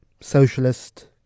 socialist